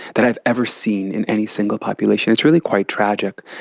that i've ever seen in any single population. it's really quite tragic.